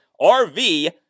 RV